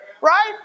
Right